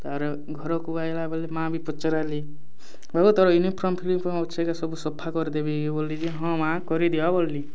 ତା'ର୍ପରେ ଘରକୁ ଆଏଲା ବେଲେ ମାଆ ବି ପଚ୍ରାଲେ ବାବୁ ତୋର୍ ୟୁନିଫର୍ମ୍ ଫୁର୍ମି ଅଛେ କାଏଁ ସବୁ ସଫା କରିଦେବି ବୋଲି ଯେ ହଁ ମାଆ କରିଦିଅ ବୋଏଲି